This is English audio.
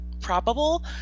probable